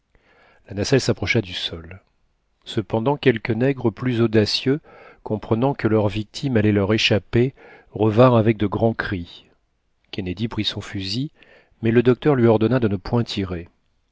la nacelle s'approcha du sol cependant quelques nègres plus audacieux comprenant que leur victime allait leur échapper revinrent avec de grands cris kennedy prit son fusil mais le docteur lui ordonna de ne point tirer